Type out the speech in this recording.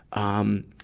um,